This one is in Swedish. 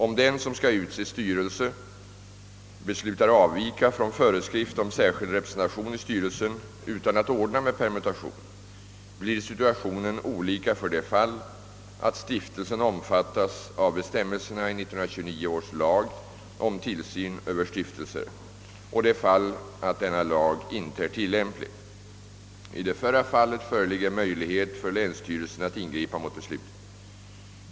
Om den som skall utse styrelse beslutar avvika från föreskrift om särskild representation i styrelsen utan att ordna med permutation blir situationen olika för det fall att stiftelsen omfattas av bestämmelserna i 1929 års lag om tillsyn Över stiftelser och det fall att tillsynslagen inte är tillämplig. I det förra fallet föreligger möjlighet för länsstyrelsen att ingripa mot beslutet.